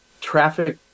traffic